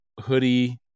hoodie